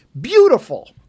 beautiful